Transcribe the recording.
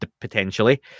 potentially